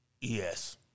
yes